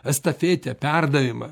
estafetę perdavimą